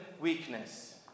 weakness